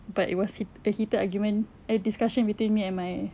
but it was heate~ a heated argument eh discussion between me and my